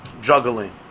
Juggling